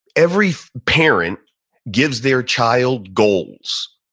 every parent gives their child goals.